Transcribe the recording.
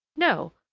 no,